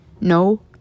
No